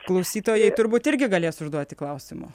klausytojai turbūt irgi galės užduoti klausimų